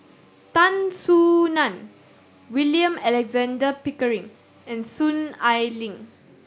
Tan Soo Nan William Alexander Pickering and Soon Ai Ling